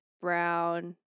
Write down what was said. brown